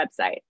website